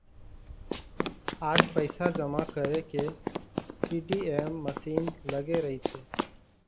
आज पइसा जमा करे के सीडीएम मसीन लगे रहिथे